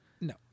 No